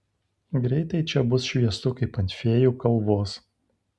greitai čia bus šviesu kaip ant fėjų kalvos